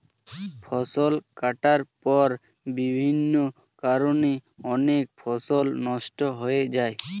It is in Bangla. ফসল কাটার পর বিভিন্ন কারণে অনেক ফসল নষ্ট হয়ে যায়